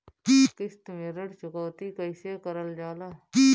किश्त में ऋण चुकौती कईसे करल जाला?